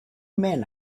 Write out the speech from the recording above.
men